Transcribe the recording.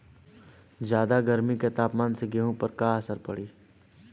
ज्यादा गर्मी के तापमान से गेहूँ पर का असर पड़ी?